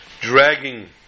dragging